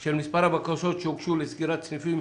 של מספר הבקשות שהוגשו לסגירת סניפים,